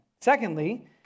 Secondly